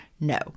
No